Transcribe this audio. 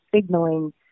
signaling